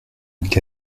gars